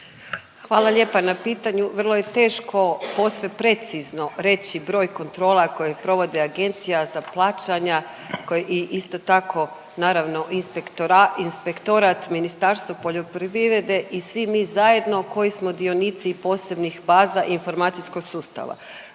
Hvala lijepa na pitanju. Vrlo je teško posve precizno reći broj kontrola koje provode agencija za plaćanja koji isto tako, naravno, inspektorat Ministarstva poljoprivrede i svi mi zajedno, koji smo dionici posebnih baza informacijskog sustava.